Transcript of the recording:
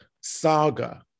saga